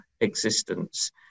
existence